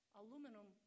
aluminum